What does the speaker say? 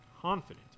confident